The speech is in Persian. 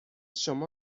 شما